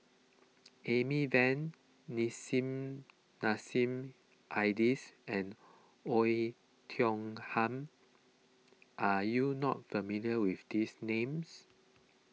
Amy Van Nissim Nassim Adis and Oei Tiong Ham are you not familiar with these names